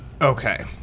Okay